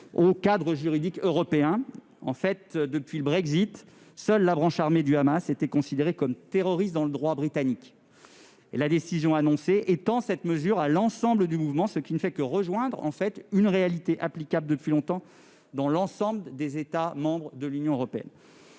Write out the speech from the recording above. au cadre juridique européen. Depuis le Brexit, seule la branche armée du Hamas était considérée comme terroriste dans le droit britannique. La décision récente étend cette mesure à l'ensemble du mouvement, ce qui ne fait que rejoindre le droit applicable depuis longtemps dans l'ensemble des États membres de l'Union européenne.